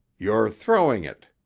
you're throwing it,